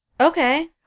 Okay